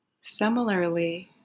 Similarly